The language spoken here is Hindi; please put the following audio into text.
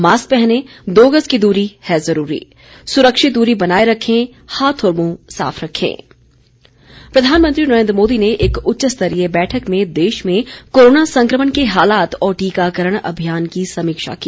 मास्क पहनें दो गज दूरी है जरूरी सुरक्षित दूरी बनाये रखें हाथ और मुंह साफ रखें उच्चस्तरीय बैठक प्रधानमंत्री नरेन्द्र मोदी ने एक उच्चस्तरीय बैठक में देश में कोरोना संक्रमण के हालात और टीकाकरण अभियान की समीक्षा की